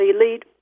Elite